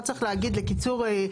לא צריך להגיד לניתוחים,